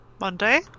Monday